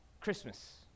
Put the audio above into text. Christmas